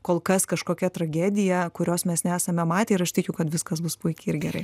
kol kas kažkokia tragedija kurios mes nesame matę ir aš tikiu kad viskas bus puikiai ir gerai